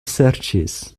serĉis